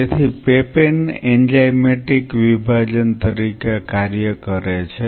તેથી papain enzymatic વિભાજન તરીકે કાર્ય કરે છે